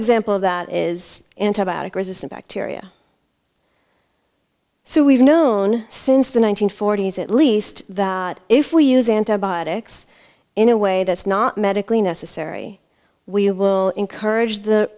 example of that is antibiotic resistant bacteria so we've known since the one nine hundred forty s at least that if we use antibiotics in a way that's not medically necessary we will encourage the